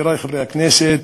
חברי חברי הכנסת,